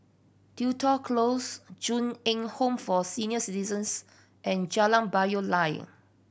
Tudor Close Ju Eng Home for Senior Citizens and Jalan Payoh Lai